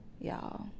y'all